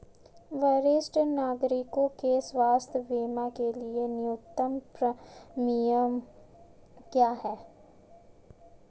वरिष्ठ नागरिकों के स्वास्थ्य बीमा के लिए न्यूनतम प्रीमियम क्या है?